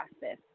process